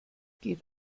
geht